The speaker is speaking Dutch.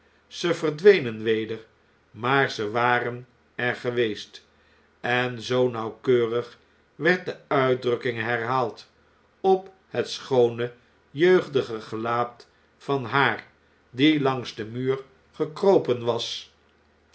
ze verdwenen weder maar ze waren er geweest en zoo nauwkeurig werd die uitdrukking herhaald op het schoone jeugdige gelaat van haar die langs den muurgekropen was